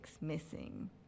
missing